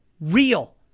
real